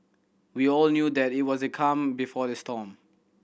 we all knew that it was the calm before the storm